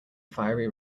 fiery